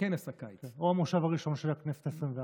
או המושב הראשון של הכנסת העשרים-וארבע.